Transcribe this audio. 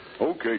Okay